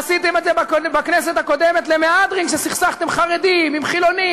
עשיתם את זה בכנסת הקודמת למהדרין כשסכסכתם בין חרדים וחילונים,